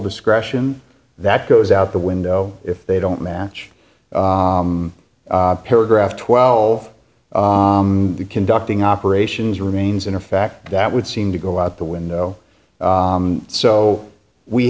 discretion that goes out the window if they don't match paragraph twelve conducting operations remains in effect that would seem to go out the window so we